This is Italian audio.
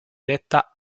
detta